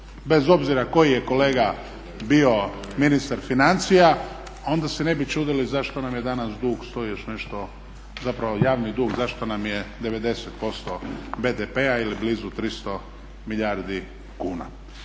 bez obzira koji je kolega bio ministar financija, onda se ne bi čudili zašto nam je danas dug 100 i još nešto, zapravo javni dug zašto nam je 90% BDP-a ili blizu 300 milijardi kuna.